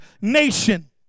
nation